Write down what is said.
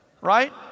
Right